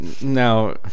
Now